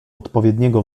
odpowiedniego